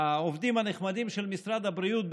העובדים הנחמדים של משרד הבריאות,